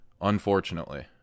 unfortunately